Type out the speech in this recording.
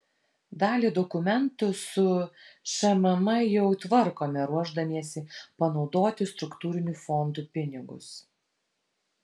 dalį dokumentų su šmm jau tvarkome ruošdamiesi panaudoti struktūrinių fondų pinigus